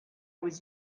was